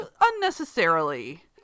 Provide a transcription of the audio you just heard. unnecessarily